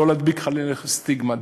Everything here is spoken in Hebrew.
לא להדביק חלילה סטיגמה.